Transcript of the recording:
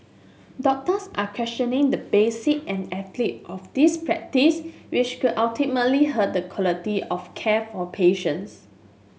doctors are questioning the basis and ethic of this practice which could ultimately hurt the quality of care for patients